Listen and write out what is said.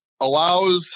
allows